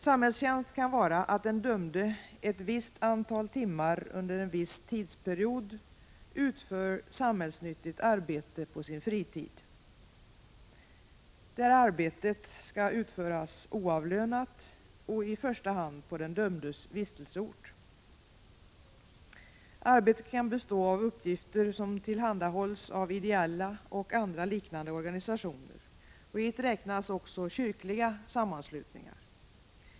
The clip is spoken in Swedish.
Samhällstjänst kan vara att den dömde ett visst antal timmar under en viss tidsperiod utför samhällsnyttigt arbete på sin fritid. Detta arbete skall utföras oavlönat och i första hand på den dömdes vistelseort. Arbetet kan bestå av uppgifter som tillhandahålls av ideella och liknande organisationer. Hit räknas också kyrkliga sammanslutningar.